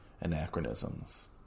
anachronisms